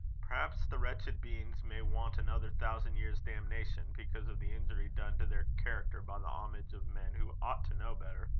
perhaps the wretched beings may want another thousand years' damnation, because of the injury done to their character by the homage of men who ought to know better.